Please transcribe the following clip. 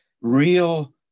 real